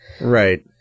Right